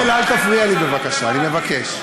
חבר הכנסת חסון, זה לא מכובד, אתה פוגע בי.